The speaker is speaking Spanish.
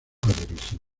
dirigir